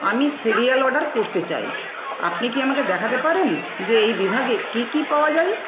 আমি serial order করতে চাই আপনি কি আমাকে দেখাতে পারেন যে এই বিভাগে কী কী পাওয়া যায়